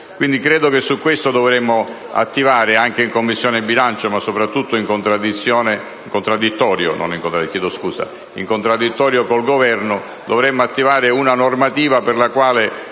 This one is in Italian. Quindi credo che su questo dovremmo attivare anche in Commissione bilancio, ma soprattutto, in contraddittorio con il Governo, una normativa per la quale,